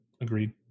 Agreed